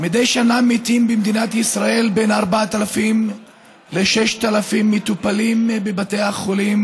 מדי שנה מתים במדינת ישראל בין 4,000 ל-6,000 מטופלים בבתי החולים,